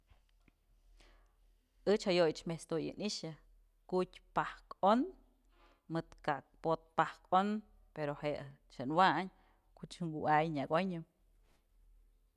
Ëch jayoyëch met's tuyë ni'ixë kutyëpë pajk on mëd ka'ak pot pa'ajk on pero je'e ëch je'e waynkuch kuay nyak onyë.